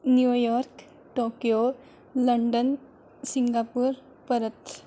New York Tokyo London Singapore Perth